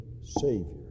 Savior